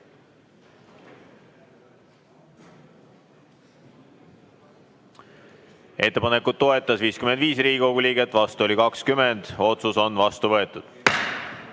Ettepanekut toetas 55 Riigikogu liiget ja vastu oli 20. Otsus on vastu võetud.